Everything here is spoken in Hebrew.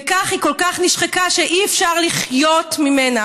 וכך היא כל כך נשחקה שאי-אפשר לחיות ממנה.